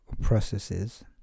processes